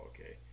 okay